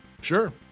Sure